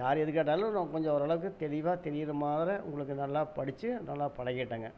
யார் எதுக்கேட்டாலும் நம்ம கொஞ்சம் ஓரளவுக்கு தெளிவாக தெரியிற மாரி உங்களுக்கு நல்ல படிச்சி நல்லா பழகிவிட்டேங்க